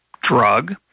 drug